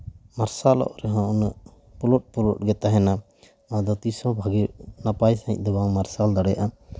ᱢᱟᱨᱥᱟᱞᱚᱜ ᱨᱮᱦᱚᱸ ᱯᱩᱞᱩᱜ ᱯᱩᱞᱩᱜ ᱜᱮ ᱛᱟᱦᱮᱱᱟ ᱚᱱᱟ ᱫᱚ ᱛᱤᱥᱦᱚᱸ ᱵᱷᱟᱹᱜᱤ ᱱᱟᱯᱟᱭ ᱥᱟᱺᱦᱤᱡ ᱫᱚ ᱵᱟᱝ ᱢᱟᱨᱥᱟᱞ ᱫᱟᱲᱮᱭᱟᱜᱼᱟ